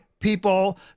people